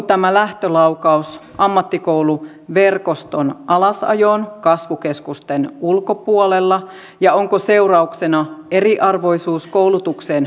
tämä lähtölaukaus ammattikouluverkoston alasajoon kasvukeskusten ulkopuolella ja onko seurauksena eriarvoisuus koulutukseen